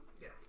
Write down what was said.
Yes